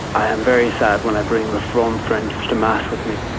i am very sad when i bring reform friends to mass with me,